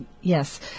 Yes